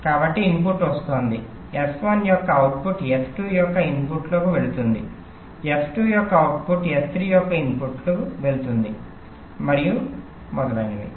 కాబట్టి ఇన్పుట్ వస్తోంది S1 యొక్క అవుట్పుట్ S2 యొక్క ఇన్పుట్కు వెళుతుంది S2 యొక్క అవుట్పుట్ S3 యొక్క ఇన్పుట్కు వెళుతుంది మరియు మొదలైనవి